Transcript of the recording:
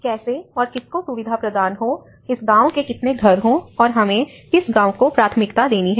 कैसे और किसको सुविधा प्रदान हो इस गाँव के कितने घर हों और हमें किस गाँव को प्राथमिकता देनी है